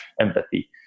empathy